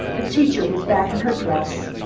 the teacher was back in her dress.